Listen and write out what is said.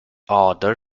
other